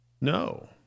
No